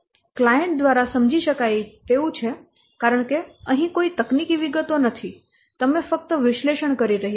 client દ્વારા સમજી શકાય તેવું છે કારણ કે અહીં કોઈ તકનીકી વિગતો નથી તમે ફક્ત વિશ્લેષણ કરી રહ્યા છો